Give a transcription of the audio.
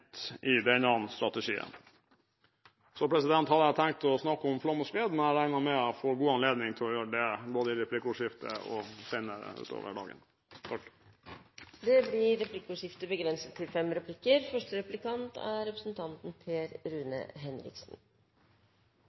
i denne strategien. Så hadde jeg tenkt å snakke om flom og skred, men jeg regner med at jeg får god anledning til å gjøre det både i replikkordskiftet og senere utover dagen. Det blir replikkordskifte.